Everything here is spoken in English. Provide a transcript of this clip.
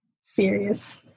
serious